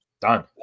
Done